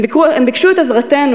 הם ביקשו את עזרתנו,